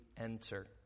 enter